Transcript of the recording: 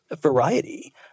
variety